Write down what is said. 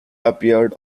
appeared